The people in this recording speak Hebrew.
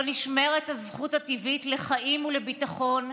לא נשמרת הזכות הטבעית לחיים ולביטחון,